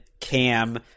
Cam